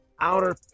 outer